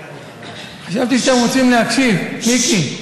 חשבתי שאתם רוצים להקשיב, מיקי.